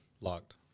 Locked